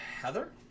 Heather